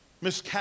Miss